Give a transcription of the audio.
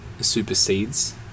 supersedes